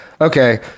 Okay